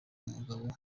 mugabo